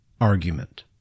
argument